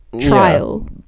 trial